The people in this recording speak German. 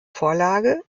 vorlage